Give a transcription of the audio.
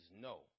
no